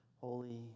Holy